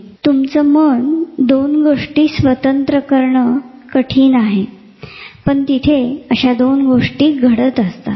तुमच्या मनाकडून दोन गोष्टी एकाच वेळी केल्या जाणे कठीण आहे पण इथे अशा दोन गोष्टी घडत असतात